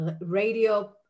Radio